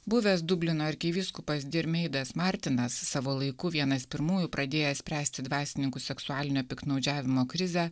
buvęs dublino arkivyskupas dirmeidas martinas savo laiku vienas pirmųjų pradėjęs spręsti dvasininkų seksualinio piktnaudžiavimo krizę